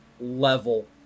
level